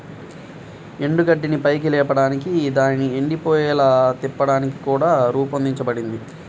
ఎండుగడ్డిని పైకి లేపడానికి దానిని ఎండిపోయేలా తిప్పడానికి కూడా రూపొందించబడింది